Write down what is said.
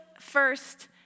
first